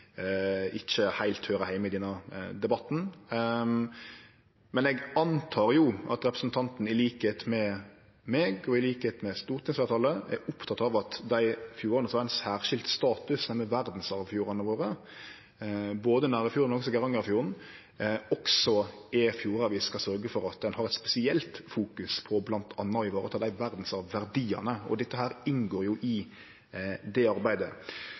ikkje heilt høyrer heime i denne debatten. Men eg antek at representanten, til liks med meg og med stortingsfleirtalet, er oppteken av at dei fjordane som har ein særskild status, nemleg verdsarvfjordane våre, både Nærøyfjorden og Geirangerfjorden, også er fjordar vi skal sørgje for å fokusere spesielt på, for bl.a. å vareta dei verdsarvverdiane. Dette inngår i det arbeidet.